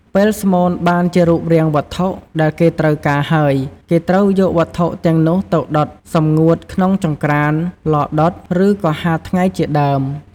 ពេលស្មូនបានជារូបរាងវត្ថុដែលគេត្រូវការហើយគេត្រូវយកវត្ថុទាំងនោះទៅដុតសម្ងួតក្នុងចង្ក្រាន ឡរដុត ឬក៏ហាលថ្ងៃជាដើម។